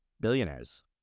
billionaires